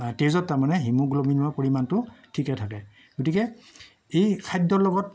তেজত তাৰমানে হিমগ্লবিনৰ পৰিমাণটো ঠিকেই থাকে গতিকে এই খাদ্যৰ লগত